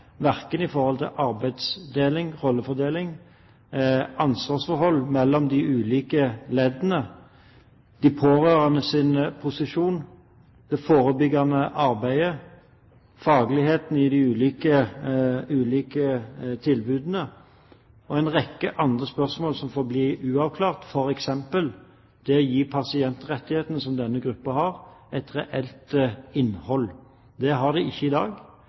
verken når det gjelder arbeidsdeling, rollefordeling og ansvarsforhold mellom de ulike leddene, de pårørendes posisjon, det forebyggende arbeidet, fagligheten i de ulike tilbudene og en rekke andre spørsmål som forblir uavklart, f.eks. det å gi denne gruppen pasientrettigheter med et reelt innhold. Det har den ikke i dag